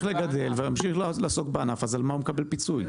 לגדל ולהמשיך לעסוק בענף אז על מה הוא מקבל פיצוי?